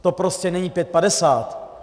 To prostě není pět padesát.